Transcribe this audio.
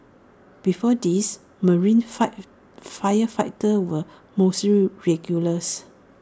before this marine fire firefighters were mostly regulars